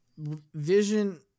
vision